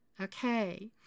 okay